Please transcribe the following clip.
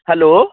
hello